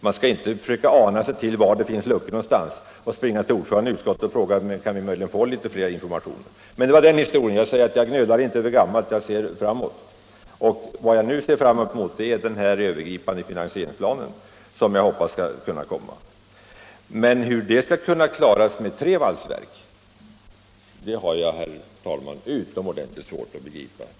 Man skall inte behöva ana sig till var det finns luckor och springa till ordföranden och fråga om man möjligen kan få litet mer information. Men det var den historien. Jag gnölar inte över gammalt, utan jag ser framåt. Vad jag nu ser fram emot är den övergripande finansieringsplanen, som jag hoppas skall komma. Men hur det skall kunna klaras med tre valsverk har jag, herr talman, ytterst svårt att begripa.